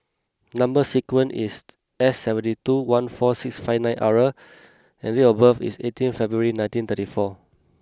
number sequence is S seventy two one four six five nine R and date of birth is eighteen February nineteen thirty four